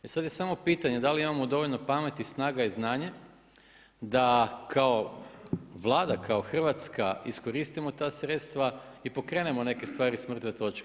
E sada je samo pitanje da li imamo dovoljno pameti, snaga i znanja da kao Vlada, kao Hrvatska iskoristimo ta sredstva i pokrenemo neke stvari s mrtve točke.